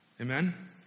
Amen